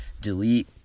delete